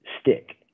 stick